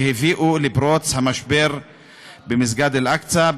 שהביאו לפרוץ המשבר במסגד אל-אקצא,